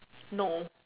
no